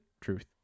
truth